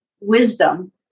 wisdom